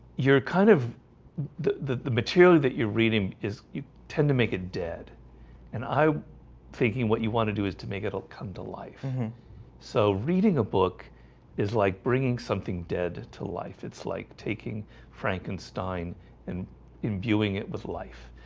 you're kind of the the material that you're reading is you tend to make it dead and i'm thinking what you want to do is to make it all come to life so reading a book is like bringing something dead to life. it's like taking frankenstein and imbuing it with life.